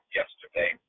yesterday